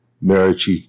marriage